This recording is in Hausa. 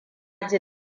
ji